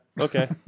Okay